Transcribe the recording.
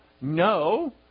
no